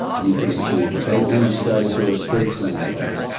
you can have achieved a bank manager's status or a street cleaner's status.